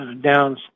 Downs